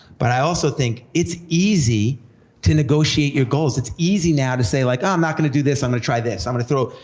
but i also think, it's easy to negotiate your goals. it's easy now to say, oh, like um i'm not gonna do this, i'm gonna try this, i'm gonna throw,